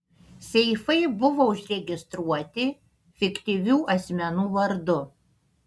seifai buvo užregistruoti fiktyvių asmenų vardu